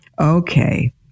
Okay